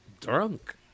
drunk